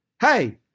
hey